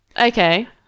Okay